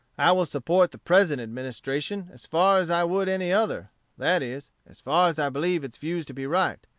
i will support the present administration as far as i would any other that is, as far as i believe its views to be right.